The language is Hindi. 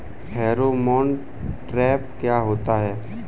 फेरोमोन ट्रैप क्या होता है?